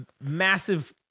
massive